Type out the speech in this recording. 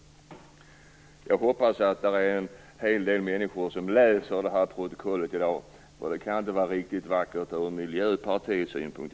Jag hoppas att det är en hel del människor som läser dagens protokoll. Det kan inte vara riktigt vackert från Miljöpartiets synpunkt.